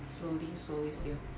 slowly slowly still